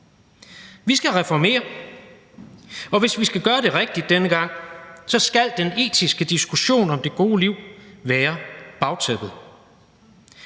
Vi skal reformere, og hvis vi skal gøre det rigtigt denne gang, skal den etiske diskussion om det gode liv være bagtæppet.